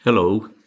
Hello